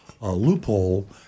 loophole